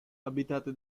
abitate